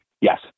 Yes